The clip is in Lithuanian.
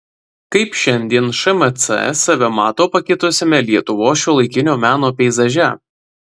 kaip šiandien šmc save mato pakitusiame lietuvos šiuolaikinio meno peizaže